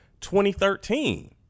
2013